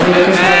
באמת.